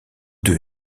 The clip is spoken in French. deux